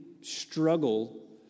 struggle